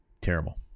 terrible